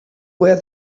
where